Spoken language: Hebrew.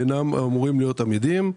שאינם אמורים להיות עמידים.